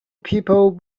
people